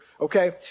okay